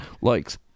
likes